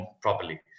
properly